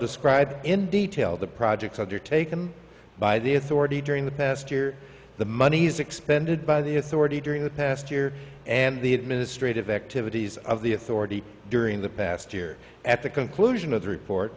describe in detail the projects undertaken by the authority during the past year the monies expended by the authority during the past year and the administrative activities of the authority during the past year at the conclusion of the report